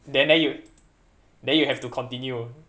then then you then you have to continue